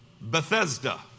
Bethesda